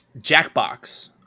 Jackbox